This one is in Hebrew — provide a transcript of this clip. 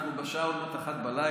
אנחנו עוד מעט בשעה 01:00 בלילה,